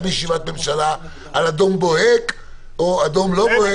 בישיבת ממשלה על אדום בוהק או אדום לא בוהק,